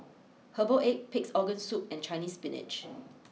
Herbal Egg Pig's Organ Soup and Chinese spinach